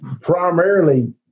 primarily